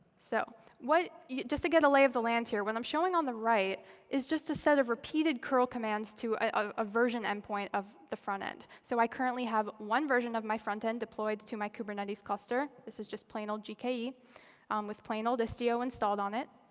so what yeah just to get a lay of the land here, what i'm showing on the right is just a set of repeated curl commands to a version end point of the front end. so i currently have one version of my front end deployed to my kubernetes cluster. this is just plain old gke um with plain old istio installed on it.